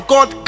God